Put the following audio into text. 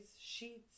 sheets